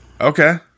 Okay